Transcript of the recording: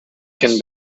can